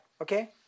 okay